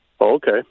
Okay